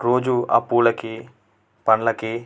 రోజు ఆ పూలకి పళ్ళకి